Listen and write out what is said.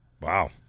Wow